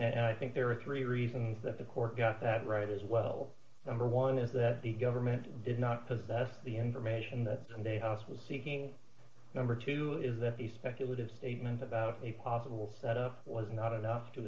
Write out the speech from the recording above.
and i think there are three reasons that the court got that right as well number one is that the government did not possess the information that sunday house was seeking number two is that the speculative statement about a possible set up was not enough to